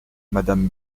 madame